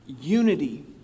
unity